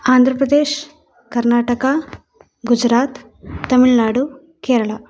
आन्ध्रप्रदेशः कर्णाटकः गुजरात् तमिळ्नाडु केरळा